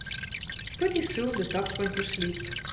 pretty soon the ducks went to sleep.